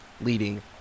leading